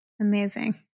Amazing